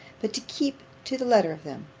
but to keep to the letter of them.